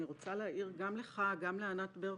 אני רוצה להעיר גם לך וגם לענת ברקו,